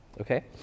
okay